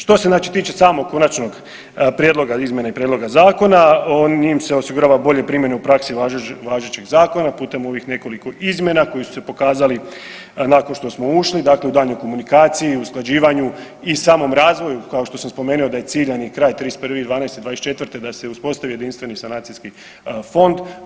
Što se znači tiče samog konačnog prijedloga izmjena i prijedloga zakona on, njim se osigurava bolje primjene u praksi važećeg zakona putem ovih nekoliko izmjena koji su se pokazali nakon što smo ušli dakle u daljnjoj komunikaciji, usklađivanju i samom razvoju kao što sam spomenuo da je ciljani kraj 31.12.'24. da se uspostavi jedinstveni sanacijski fond.